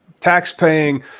taxpaying